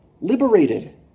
liberated